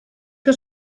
que